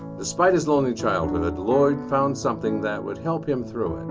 despite his lonely childhood lloyd found something that would help him through it,